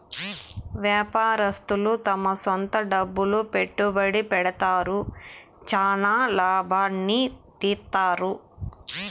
వ్యాపారస్తులు తమ సొంత డబ్బులు పెట్టుబడి పెడతారు, చానా లాభాల్ని తీత్తారు